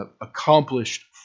accomplished